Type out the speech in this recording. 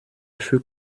fut